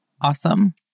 awesome